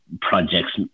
projects